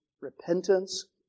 repentance